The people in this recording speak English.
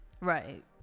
Right